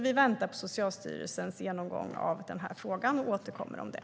Vi väntar på Socialstyrelsens genomgång av frågan och återkommer om det.